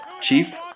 Chief